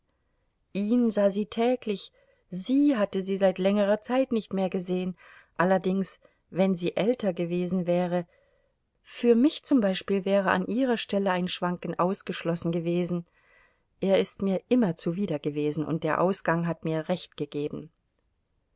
ihn sah sie täglich sie hatte sie seit längerer zeit nicht mehr gesehen allerdings wenn sie älter gewesen wäre für mich zum beispiel wäre an ihrer stelle ein schwanken ausgeschlossen gewesen er ist mir immer zuwider gewesen und der ausgang hat mir recht gegeben